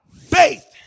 faith